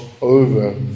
over